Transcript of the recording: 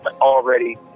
already